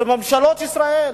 זה ממשלות ישראל.